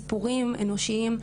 סיפורים אנושיים.